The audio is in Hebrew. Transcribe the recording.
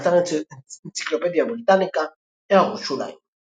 באתר אנציקלופדיה בריטניקה == הערות שוליים ==